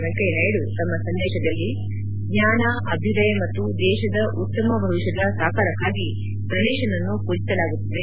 ವೆಂಕಯ್ಲನಾಯ್ಲು ತಮ್ನ ಸಂದೇಶದಲ್ಲಿ ಜ್ವಾನ ಅಭ್ಯುದಯ ಮತ್ತು ದೇಶದ ಉತ್ತಮ ಭವಿಷ್ಣದ ಸಾಕಾರಕ್ಕಾಗಿ ಗಣೇಶನನ್ನು ಪೂಜಿಸಲಾಗುತ್ತದೆ